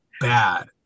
bad